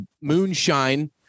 moonshine